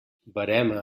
verema